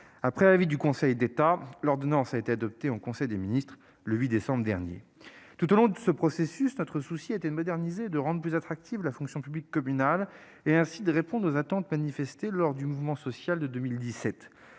Après avis du Conseil d'État, l'ordonnance a été adoptée en conseil des ministres le 8 décembre dernier. Tout au long de ce processus, notre souci a été de moderniser et de rendre plus attractive la fonction publique communale, et ainsi de répondre aux attentes manifestées lors du mouvement social de 2017.